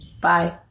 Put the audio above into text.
Bye